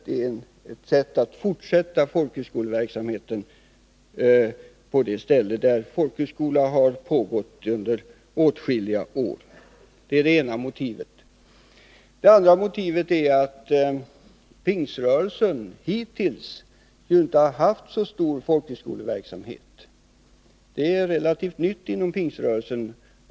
Detta är ett sätt att fortsätta folkhögskoleverksamheten på det ställe där folkhögskoleundervisning pågått under åtskilliga år. Det andra motivet är att Pingströrelsen hittills inte har haft så stor folkhögskoleverksamhet. Attstarta folkhögskolor är något relativt nytt inom Pingströrelsen.